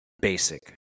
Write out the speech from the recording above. basic